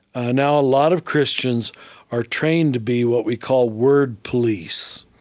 ah now, a lot of christians are trained to be what we call word police.